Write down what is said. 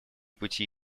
пути